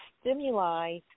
stimuli